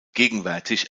gegenwärtig